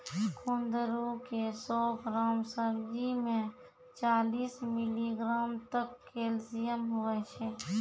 कुंदरू के सौ ग्राम सब्जी मे चालीस मिलीग्राम तक कैल्शियम हुवै छै